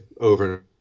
over